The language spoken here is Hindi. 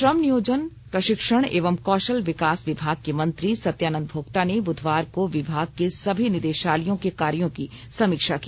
श्रम नियोजन प्रशिक्षण एवं कौशल विकास विभाग के मंत्री सत्यानंद भोक्ता ने बुधवार को विभाग के सभी निदेशालयों के कार्यों की समीक्षा की